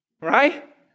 right